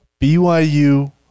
BYU